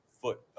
foot